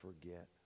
forget